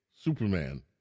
Superman